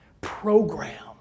program